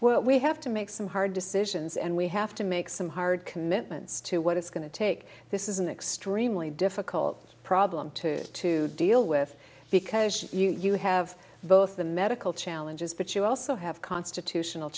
where we have to make some hard decisions and we have to make some hard commitments to what it's going to take this is an extremely difficult problem to to deal with because you have both the medical challenges but you also have constitutional